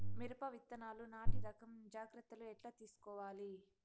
మిరప విత్తనాలు నాటి రకం జాగ్రత్తలు ఎట్లా తీసుకోవాలి?